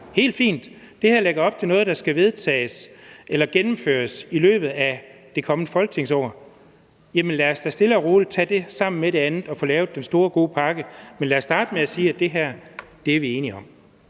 helt fint. Det her lægger op til noget, der skal gennemføres i løbet af det kommende folketingsår. Så lad os dog stille og roligt tage det sammen med det andet og få lavet den store gode pakke, men lad os starte med at sige, at det her er vi enige om.